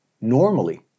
normally